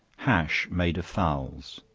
hash made of fowls.